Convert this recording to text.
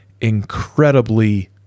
incredibly